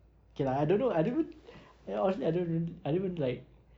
okay lah I don't know I don't even oh ah actually you know I don't even I don't even like